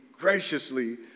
graciously